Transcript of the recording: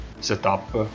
setup